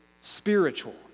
spiritual